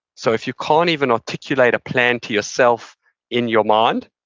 so, if you can't even articulate a plan to yourself in your mind,